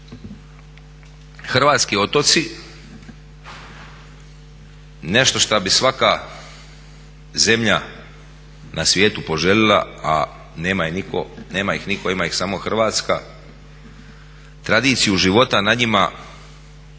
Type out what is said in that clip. Hrvatski otoci nešto što bi svaka zemlja na svijetu poželila, a nema ih nitko, ima ih samo Hrvatska, tradiciju života na njima takvima